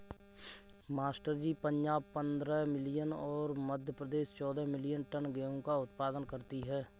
master ji Punjab पंद्रह million और मध्य प्रदेश चौदह मिलीयन टन गेहूं का उत्पादन करती है